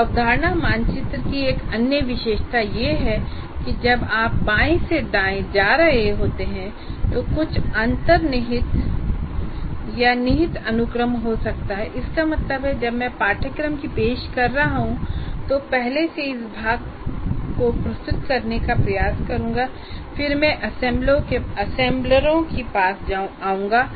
इस अवधारणा मानचित्र की एक अन्य विशेषता यह है कि जब आप बाएं से दाएं जा रहे होते हैं तो कुछ अंतर्निहित या निहित अनुक्रम हो सकता है इसका मतलब है जब मैं पाठ्यक्रम की पेशकश कर रहा हूं तो पहले मैं इस भाग को प्रस्तुत करने का प्रयास करूंगा और फिर मैं असेंबलरों के पास आऊंगा